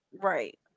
Right